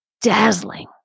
dazzling